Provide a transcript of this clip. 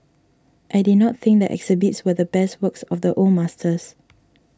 I did not think the exhibits were the best works of the old masters